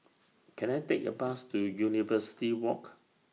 Can I Take A Bus to University Walk